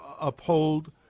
uphold